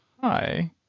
hi